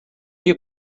you